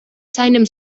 seinem